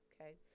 Okay